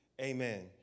amen